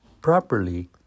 Properly